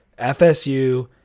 FSU